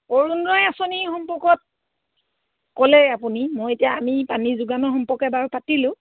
অৰুণোদয় আঁচনি সম্পৰ্কত ক'লে আপুনি মই এতিয়া আমি পানী যোগানৰ সম্পৰ্কে বাৰু পাতিলো